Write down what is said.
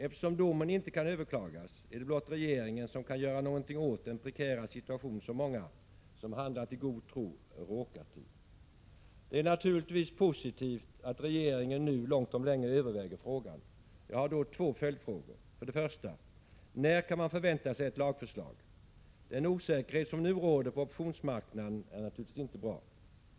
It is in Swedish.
Eftersom domen inte kan överklagas är det blott regeringen som kan göra något åt den prekära situation som många, som handlat i god tro, råkat i. Det är naturligtvis positivt att regeringen nu långt om länge överväger frågan. Jag har då två följdfrågor. För det första: När kan man förvänta sig ett lagförslag? Den osäkerhet som nu råder på optionsmarknaden är naturligtvis inte bra.